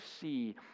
see